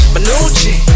Manucci